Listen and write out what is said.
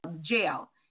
jail